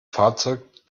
fahrzeug